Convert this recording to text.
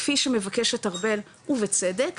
כפי שמבקשת ארבל ובצדק,